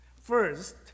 First